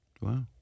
wow